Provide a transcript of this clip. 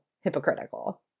hypocritical